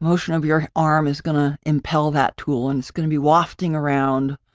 motion of your arm, is going to impel that tool and it's going to be wafting around,